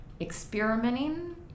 experimenting